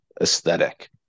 aesthetic